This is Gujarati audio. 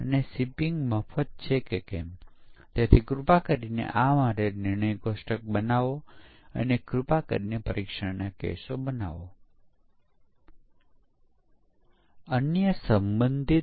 શું હું પૂછી શકું છું કે શા માટે આ પરીક્ષણમાં મોટી સહાય છે કારણ કે એવું લાગે છે કે પરીક્ષકે જાતે જ પરીક્ષણના કેસો ડિઝાઇન કર્યા છે તે જ નક્કી કરશે કે તે પાસ છે કે નિષ્ફળ છે